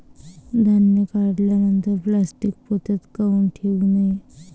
धान्य काढल्यानंतर प्लॅस्टीक पोत्यात काऊन ठेवू नये?